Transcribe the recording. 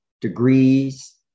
degrees